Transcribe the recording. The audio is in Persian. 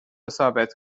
ثابت